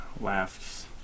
laughs